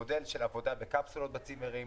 מודל של עבודה בקפסולות בצימרים.